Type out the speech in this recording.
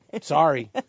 Sorry